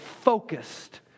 focused